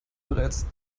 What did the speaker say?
bereits